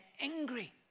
angry